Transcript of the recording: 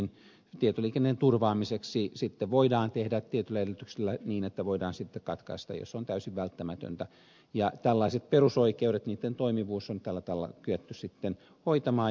tietoliikenteen turvaamiseksi sitten voidaan tehdä tietyillä edellytyksillä niin että ne voidaan sitten katkaista jos se on täysin välttämätöntä ja tällaiset perusoikeudet niitten toimivuus on tällä tavalla kyetty sitten hoitamaan